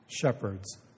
shepherds